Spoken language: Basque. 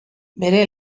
bere